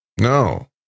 no